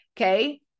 Okay